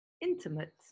intimate